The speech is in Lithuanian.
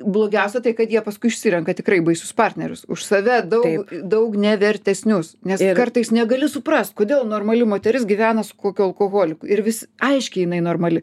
blogiausia tai kad jie paskui išsirenka tikrai baisius partnerius už save daug daug nevertesnius nes kartais negali suprast kodėl normali moteris gyvena su kokiu alkoholiku ir vis aiškiai jinai normali